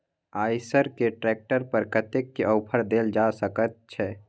आयसर के ट्रैक्टर पर कतेक के ऑफर देल जा सकेत छै?